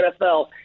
NFL